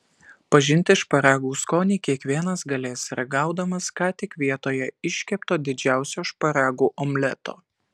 pažinti šparagų skonį kiekvienas galės ragaudamas ką tik vietoje iškepto didžiausio šparagų omleto